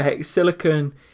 silicon